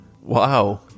wow